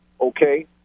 okay